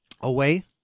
away